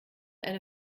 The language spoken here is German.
eine